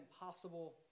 impossible